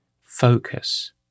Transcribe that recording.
focus